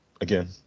Again